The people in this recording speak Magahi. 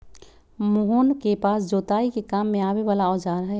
मोहन के पास जोताई के काम में आवे वाला औजार हई